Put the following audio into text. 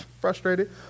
frustrated